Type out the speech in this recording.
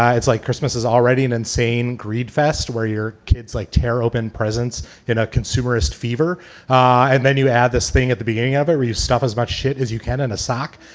it's like christmas is already an insane greed fest where your kids like tear open presence in a consumerist fever and then you add this thing at the beginning. other you stuff as much shit as you can in a sock.